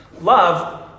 Love